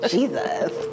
Jesus